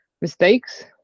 Mistakes